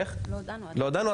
לא דנו?